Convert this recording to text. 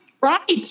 right